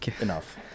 Enough